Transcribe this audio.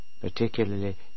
particularly